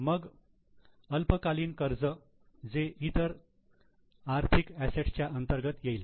मग अल्पकालीन कर्ज जे इतर आर्थिक असेट्स च्या अंतर्गत येईल